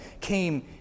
came